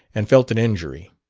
and felt an injury.